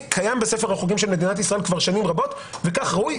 קיים בספר החוקים של מדינת ישראל כבר שנים רבות וכך ראוי.